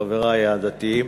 חברי הדתיים,